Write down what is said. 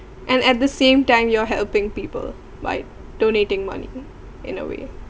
and at the same time you're helping people by donating money in a way